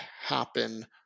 happen